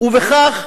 ובכך,